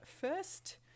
first